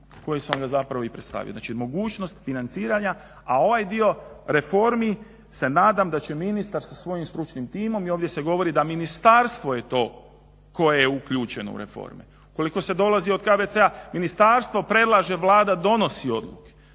smo vam i zapravo predstavio. Znači mogućnost financiranja, a ovaj dio reformi se nadam da će ministar sa svojim stručnim timom i ovdje se govori da ministarstvo je to koje je uključeno u reforme. Ukoliko se dolazi od KBC-a ministarstvo predlaže, Vlada donosi odluke.